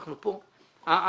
אנחנו כאן.